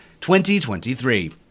2023